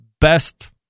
best